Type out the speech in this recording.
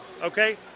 okay